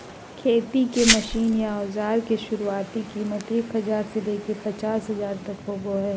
खेती के मशीन या औजार के शुरुआती कीमत एक हजार से लेकर पचास हजार तक होबो हय